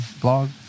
blog